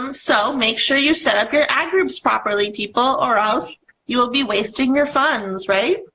um so make sure you set up your ad groups properly people or else you'll be wasting your funds, right?